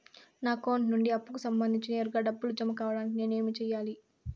నా అకౌంట్ నుండి అప్పుకి సంబంధించి నేరుగా డబ్బులు జామ కావడానికి నేను ఏమి సెయ్యాలి?